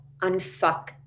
unfuck